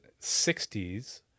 60s